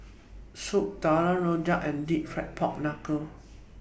Soup Tulang Rojak and Deep Fried Pork Knuckle